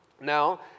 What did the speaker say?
now